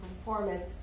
performance